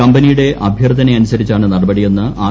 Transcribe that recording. കമ്പനിയുടെ അഭ്യർത്ഥന അനുസരിച്ചാണ് നടപടിയെന്ന് ആർ